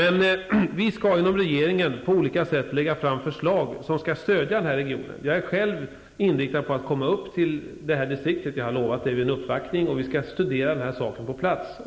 Vi skall inom regeringen på olika sätt lägga fram förslag som skall stödja den regionen. Jag är själv inriktad på att komma upp till det distriktet -- det har jag lovat vid en uppvaktning -- för att studera den här saken på plats.